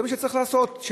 זה מה שצריך לעשות.